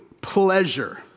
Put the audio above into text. pleasure